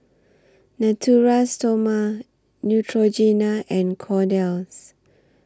Natura Stoma Neutrogena and Kordel's